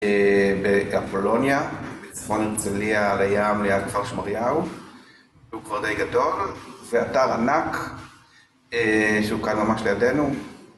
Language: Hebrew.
בפולוניה, בצפון הרצליה, על הים, ליד כפר שמריהו והוא כבר די גדול, זה אתר ענק שהוא כאן ממש לידינו.